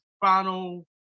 final